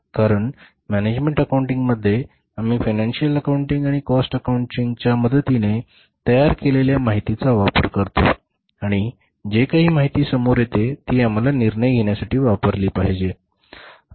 कारण मॅनेजमेंट अकाउंटिंगमध्ये आम्ही फायनान्सीअल अकाउंटिंग आणि काॅस्ट अकाउंटिंगच्या मदतीने तयार केलेल्या माहितीचा वापर करतो आणि जे काही माहिती समोर येते ती आम्हाला निर्णय घेण्यासाठी वापरली पाहिजे बरोबर